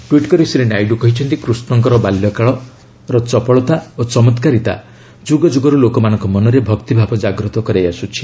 tweet କରି ଶ୍ରୀ ନାଇଡୁ କହିଛନ୍ତି କୃଷ୍ଣଙ୍କର ବାଲ୍ୟକାଳର ଚପଳତା ଓ ଚମତ୍କାରିତା ଯୁଗଯୁଗରୁ ଲୋକମାନଙ୍କ ମନରେ ଭକ୍ତିଭାବ ଜାଗ୍ରତ କରାଇ ଆସୁଛି